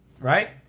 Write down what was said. right